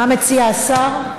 מה מציע השר?